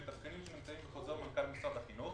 ומה שנמצא בחוזר מנכ"ל משרד החינוך,